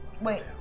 Wait